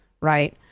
right